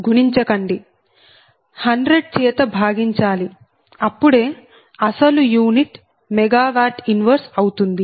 గుణించకండి 100 చేత భాగించాలి అప్పుడే అసలు యూనిట్ MW 1 అవుతుంది